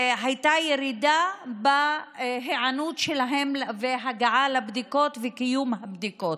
הייתה ירידה בהיענות שלהם בהגעה לבדיקות וקיום הבדיקות.